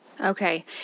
Okay